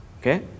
Okay